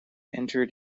entered